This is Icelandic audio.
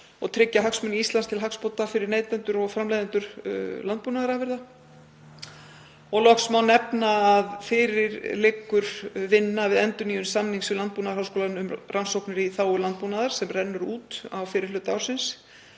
og tryggja hagsmuni Íslands til hagsbóta fyrir neytendur og framleiðendur landbúnaðarafurða. Loks má nefna að fyrir liggur vinna við endurnýjun samnings við Landbúnaðarháskólann um rannsóknir í þágu landbúnaðar sem rennur út á fyrri hluta ársins.